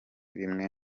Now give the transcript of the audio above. bimwe